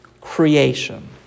creation